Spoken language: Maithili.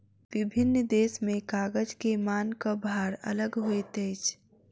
विभिन्न देश में कागज के मानक भार अलग होइत अछि